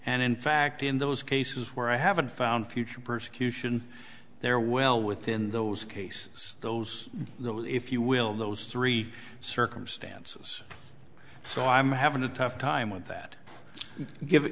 and in fact in those cases where i haven't found future persecution there well within those cases those if you will those three circumstances so i'm having a tough time with that given